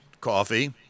coffee